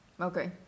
Okay